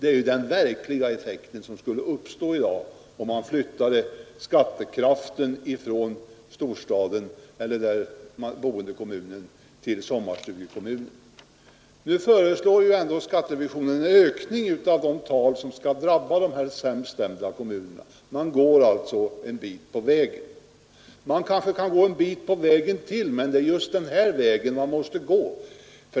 Det är den verkliga effekt som skulle uppstå om man flyttade skattekraften från boendekommunen till sommarstugekommunen. Nu föreslår ändå skatteutjämningsrevisionen en ökning av de tal som skall gälla för de sämst ställda kommunerna — och går alltså en bit på vägen. Man kanske kan gå ytterligare en bit, men det är just den här vägen man måste gå!